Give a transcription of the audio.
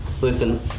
Listen